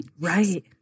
Right